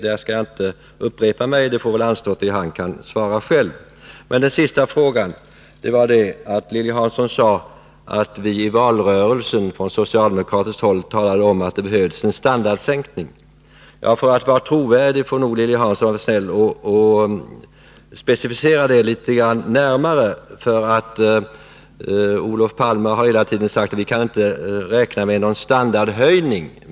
Jag skallinte upprepa dem. Det får väl anstå tills han kan svara själv. Men den sista frågan gällde vad Lilly Hansson sade om att ”vi från socialdemokratiskt håll i valrörelsen talade om att det behövs en standardsänkning”. För att framstå som trovärdig får nog Lilly Hansson specificera det litet närmare. Olof Palme har hela tiden sagt att vi inte kan räkna med någon standardhöjning.